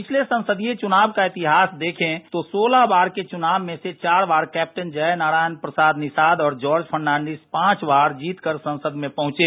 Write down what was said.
पिछले संसदीय चुनाव का इतिहास देखें तो सोलह बार के चुनाव में से चार बार केप्टन जयनारायण प्रसाद निषाद और जार्ज फर्नान्डिस पांच बार जीतकर संसद में पहुंचे